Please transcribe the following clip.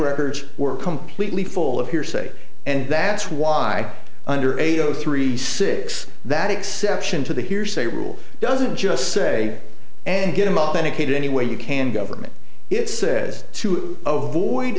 records were completely full of hearsay and that's why under eight zero three six that exception to the hearsay rule doesn't just say and get him off indicated any way you can government it says to avoid